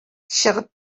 чыгып